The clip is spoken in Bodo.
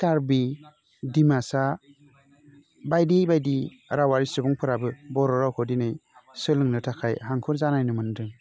कारबि डिमासा बायदि बायदि रावआरि सुबुंफोराबो बर' रावखौ दिनै सोलोंनो थाखाय हांखुर जानाय नुनो मोनदों